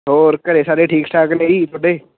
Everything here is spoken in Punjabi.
ਹੋਰ ਘਰੇ ਸਾਰੇ ਠੀਕ ਠਾਕ ਨੇ ਜੀ ਤੁਹਾਡੇ